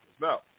No